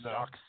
sucks